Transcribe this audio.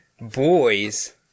Boys